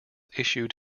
issued